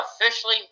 officially